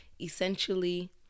Essentially